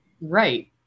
right